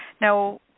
Now